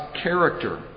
character